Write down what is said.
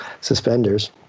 suspenders